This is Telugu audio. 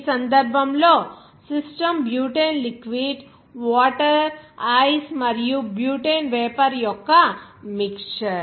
ఈ సందర్భంలో system butane liquid water ice మరియు బ్యూటేన్ వేపర్ యొక్క మిక్చర్